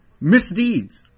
Misdeeds